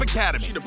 Academy